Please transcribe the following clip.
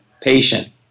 patient